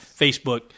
Facebook